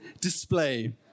display